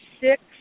six